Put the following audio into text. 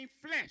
flesh